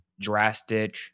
drastic